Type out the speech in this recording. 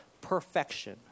perfection